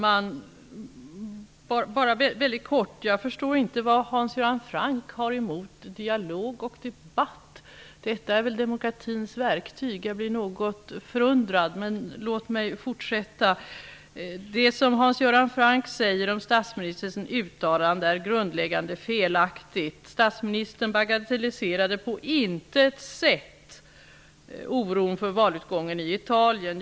Herr talman! Jag förstår inte vad Hans Göran Franck har emot dialog och debatt. Detta är ju demokratins verktyg. Jag blir något förundrad. Det som Hans Göran Franck säger om statsministerns uttalanden är grundläggande felaktigt. Statsministern bagatelliserade på intet sätt oron för valutgången i Italien.